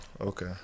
Okay